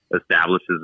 establishes